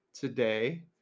today